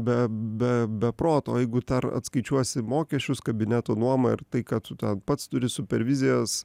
be be be proto jeigu dar atskaičiuosi mokesčius kabineto nuomą ir tai ką tu ten pats turi super vizijas